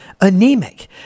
anemic